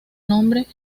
nombre